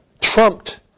trumped